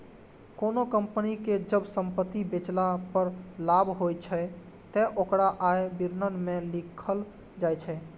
कोनों कंपनी कें जब संपत्ति बेचला पर लाभ होइ छै, ते ओकरा आय विवरण मे लिखल जाइ छै